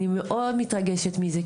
אני מאוד מתרגשת מזה,